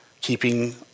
keeping